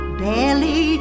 barely